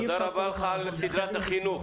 תודה רבה לך על סדרת החינוך.